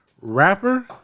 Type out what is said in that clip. rapper